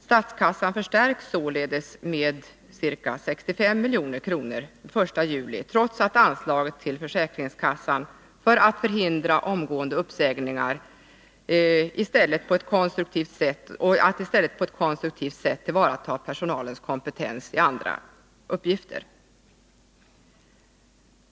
Statskassan förstärks således med ca 65 milj.kr. den 1 juli, trots att anslaget till försäkringskassan ökar för att förhindra omgående uppsägningar och i stället på ett konstruktivt sätt tillvarata personalens kompetens i andra uppgifter.